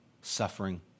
suffering